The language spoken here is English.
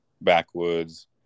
backwoods